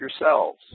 yourselves